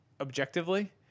objectively